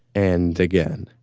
and again,